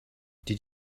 did